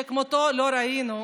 שכמותו לא ראינו,